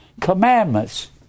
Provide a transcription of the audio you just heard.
commandments